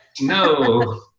no